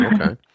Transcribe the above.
Okay